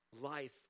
life